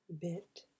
bit